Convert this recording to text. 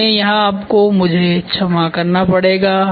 इसलिए यहाँ आपको मुझे क्षमा करना पड़ेगा